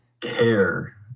care